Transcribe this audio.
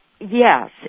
yes